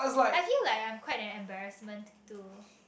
I feel like I'm quite an embarrassment to